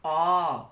orh